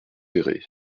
péray